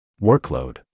Workload